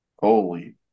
Holy